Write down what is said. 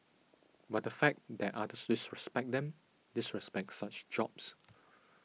but the fact that others disrespect them disrespect such jobs